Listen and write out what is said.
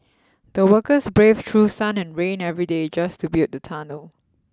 the workers braved through sun and rain every day just to build the tunnel